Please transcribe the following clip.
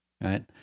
right